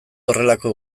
horrelako